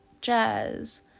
jazz